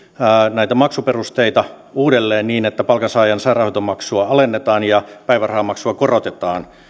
näitä maksuperusteita uudelleen niin että palkansaajan sairaanhoitomaksua alennetaan ja päivärahamaksua korotetaan